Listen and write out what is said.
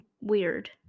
weird